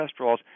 cholesterol